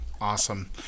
Awesome